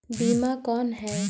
बीमा कौन है?